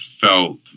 felt